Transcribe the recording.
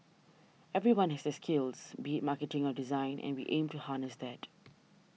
everyone has their skills be marketing or design and we aim to harness that